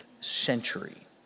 century